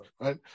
right